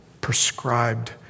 prescribed